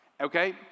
okay